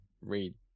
read